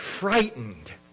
frightened